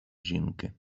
жінки